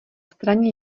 straně